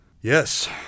Yes